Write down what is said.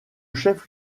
chef